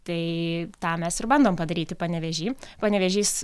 tai tą mes ir bandom padaryti panevėžy panevėžys